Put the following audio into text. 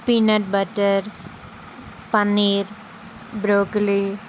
peanut butter paneer broccoli